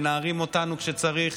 מנערים אותנו כשצריך,